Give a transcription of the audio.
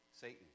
Satan